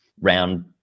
round